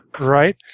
Right